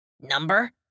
Number